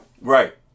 Right